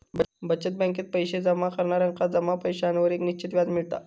बचत बॅकेत पैशे जमा करणार्यांका जमा पैशांवर एक निश्चित व्याज मिळता